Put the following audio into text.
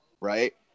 right